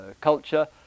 culture